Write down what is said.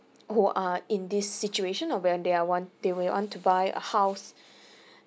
who are in this situation or when they are want they may want to buy a house